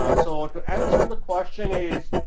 um so to answer the question is